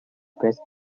pressed